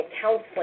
counseling